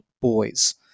boys